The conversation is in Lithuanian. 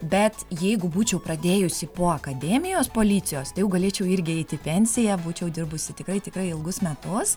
bet jeigu būčiau pradėjusi po akademijos policijos tai jau galėčiau irgi eiti į pensiją būčiau dirbusi tikrai tikrai ilgus metus